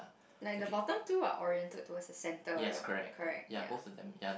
like the bottom two are oriented towards the center ri~ correct ya